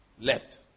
left